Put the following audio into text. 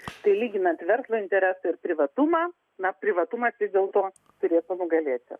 tai lyginant verslo interesą ir privatumą privatumas vis dėlto turėtų nugalėti